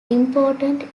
important